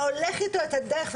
והולך איתו את הדרך,